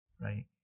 right